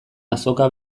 azoka